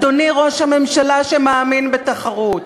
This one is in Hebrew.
אדוני ראש הממשלה שמאמין בתחרות,